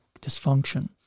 dysfunction